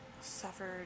suffered